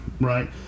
right